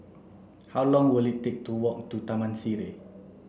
how long will it take to walk to Taman Sireh